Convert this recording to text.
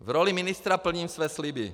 V roli ministra plním své sliby.